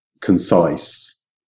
concise